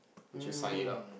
would you sign it up